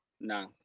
No